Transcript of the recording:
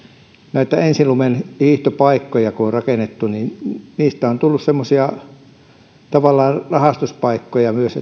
näitä ensilumen hiihtopaikkoja joita on rakennettu niistä on tullut tavallaan semmoisia rahastuspaikkoja myös